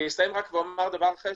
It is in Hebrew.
אסיים ואומר דבר אחד,